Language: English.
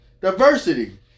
Diversity